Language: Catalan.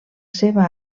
seva